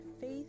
faith